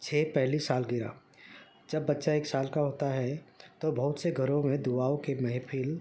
چھ پہلی سالگرہ جب بچہ ایک سال کا ہوتا ہے تو بہت سے گھروں میں دعاؤں کے محفل